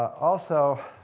also,